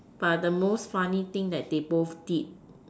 but the most funny thing that they both did